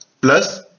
plus